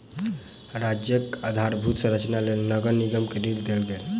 राज्यक आधारभूत संरचनाक लेल नगर निगम के ऋण देल गेल